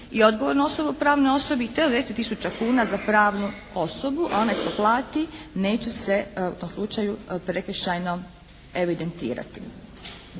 odgovornu osobu, pravnoj osobi te od deset tisuća kuna za pravnu osobnu. Onaj tko plati neće se u tom slučaju prekršajno evidentirati.